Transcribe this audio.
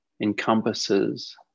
encompasses